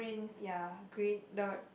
ya green the